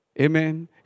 Amen